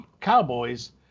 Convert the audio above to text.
Cowboys